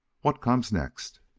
what comes next?